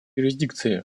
юрисдикции